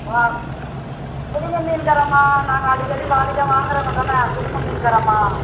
கொடுங்க மீன்கார அம்மா நாங்கள் அடிக்கடி வாடிக்கையா வாங்குறவங்க தான கொடுங்க மீன்கார அம்மா